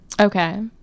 okay